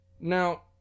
Now